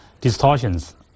Distortions